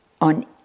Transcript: on